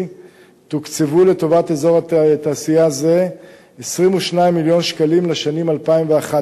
תוקצבו לטובת אזור תעשייה זה 22 מיליון שקלים לשנים 2011